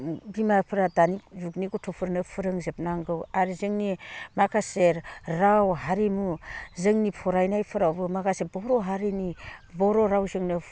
बिमाफोरा दानि जुगनि गथ'फोरनो फोरोंजोबनांगौ आरो जोंनि माखासे राव हारिमु जोंनि फरायनायफोरावबो माखासे बर' हारिनि बर' रावजोंनो